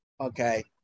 Okay